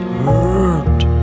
hurt